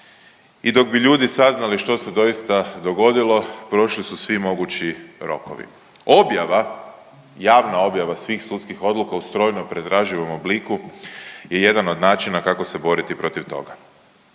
i dok bi ljudi saznali što se doista dogodilo prošli su svi mogući rokovi. Objava, javna objava svih sudskih odluka u strojno pretraživom obliku je jedan od načina kako se boriti protiv toga.